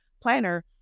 planner